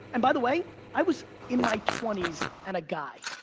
and by the way, i was in my twenties, and a guy.